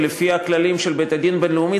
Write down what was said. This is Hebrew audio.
ולפי הכללים של בית-הדין הבין-לאומי,